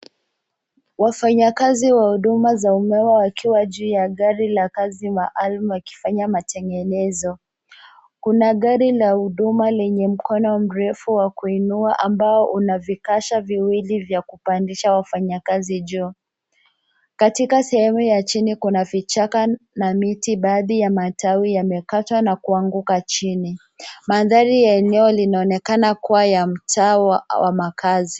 Wafanyakazi wa huduma za umeme wakiwa juu ya gari la kazi maalumu wakifanya matengenezo. Kuna gari la huduma lenye mkono mrefu wa kuinua ambao una vikasha viwili vya kupandisha wafanyakazi juu. Katika sehemu ya chini kuna vichaka na miti baadhi ya matawi yamekatwa na kuanguka chini. Mandhari ya eneo linaonekana kuwa ya mtaa wa makazi.